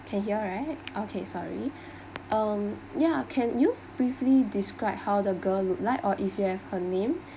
can hear right okay sorry um ya can you briefly describe how the girl look like or if you have her name